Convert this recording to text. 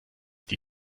die